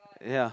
ya